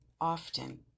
Often